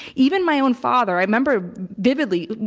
even my own father. i remember vividly,